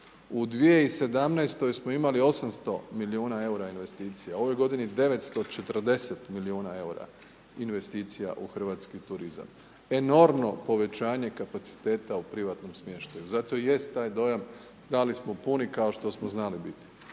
U 2017. smo imali 800 milijuna eura investicija. Ove godine 940 milijuna eura investicija u hrvatski turizam. Enormno povećanje kapaciteta u privatnom smještaju, zato i jest taj dojam da li smo puni kao što smo znali biti.